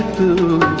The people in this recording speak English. to